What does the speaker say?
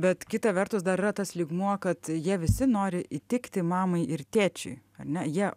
bet kita vertus dar yra tas lygmuo kad jie visi nori įtikti mamai ir tėčiui ar ne jie